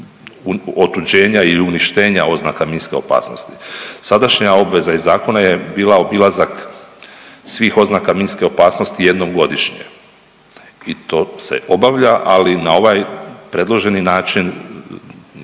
otuđenja ili uništenja oznaka minske opasnosti. Sadašnja obveza iz zakona je bila obilazak svih oznaka minske opasnosti jednom godišnje i to se obavlja, ali na ovaj predloženi način,